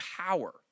power